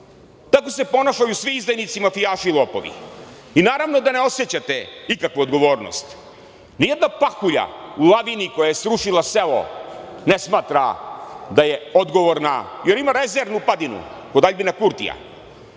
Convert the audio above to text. Tako se ponašaju svi izdajnici mafijaši i lopovi i naravno da ne osećate nikakvu odgovornost. Nijedna pahulja u lavini koja je srušila selo ne smatra da je odgovorna, jer ima rezervu padinu od Aljbina Kurtija.